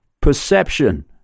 perception